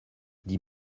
dit